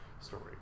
Story